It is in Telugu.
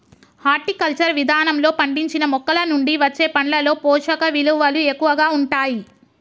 హార్టికల్చర్ విధానంలో పండించిన మొక్కలనుండి వచ్చే పండ్లలో పోషకవిలువలు ఎక్కువగా ఉంటాయి